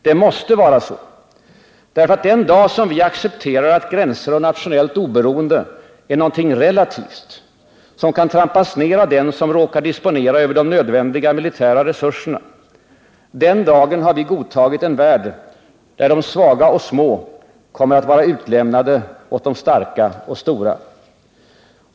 Det måste vara så, eftersom vi den dag vi accepterar att gränser och nationellt oberoende är någonting relativt, som kan trampas ner av den som råkar disponera de nödvändiga militära resurserna, den dagen har vi godtagit en värld där de svaga och små kommer att vara utlämnade åt de starka och stora.